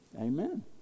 Amen